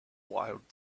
wild